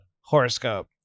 horoscope